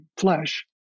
flesh